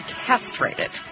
castrated